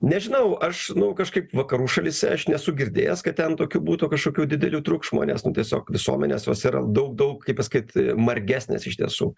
nežinau aš nu kažkaip vakarų šalyse aš nesu girdėjęs kad ten tokių būtų kažkokių didelių triukšmo nes nu tiesiog visuomenės jos yra daug daug kaip pasakyt margesnės iš tiesų